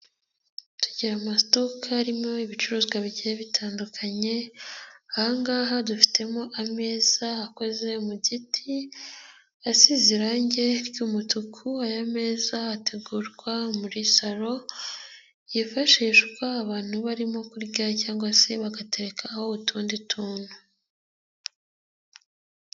Tugira amasitoke aririmo ibicuruzwa bigiye bitandukanye, aha ngaha dufitemo ameza akoze mu giti, asize irangi ry'umutuku, aya meza ategurwa muri salo, yifashishwa abantu barimo kurya, cyangwa se bagatereka aho utundi tuntu.